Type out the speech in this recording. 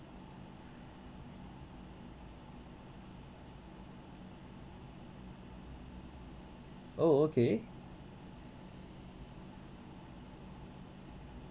oh okay